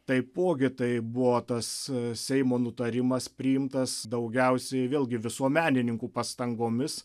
taipogi tai buvo tas seimo nutarimas priimtas daugiausiai vėlgi visuomenininkų pastangomis